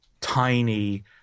tiny